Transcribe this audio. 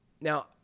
Now